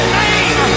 name